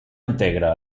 integra